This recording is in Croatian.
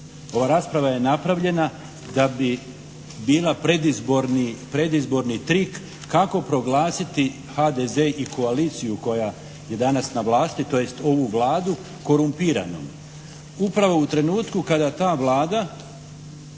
Ova rasprava je napravljena da bi bila predizborni trik kako proglasiti HDZ i koaliciju koja je danas na vlasti, tj. ovu Vladu korumpiranom, upravo u trenutku kada ta Vlada,